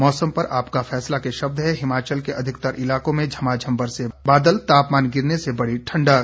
मौसम पर आपका फैसला के शब्द हैं हिमाचल के अधिकतर इलाकों में झमाझम बरसे बादल तापमान गिरने से बढ़ी ठंडक